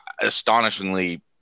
astonishingly